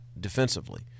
defensively